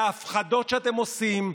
מההפחדות שאתם עושים,